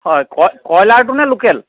হয় কইলাৰটো নে লোকেল